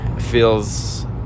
feels